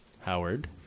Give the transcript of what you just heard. Howard